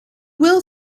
will